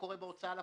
מתנהל בהוצאה לפועל.